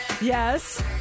Yes